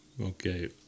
Okay